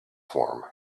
form